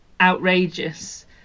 outrageous